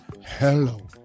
Hello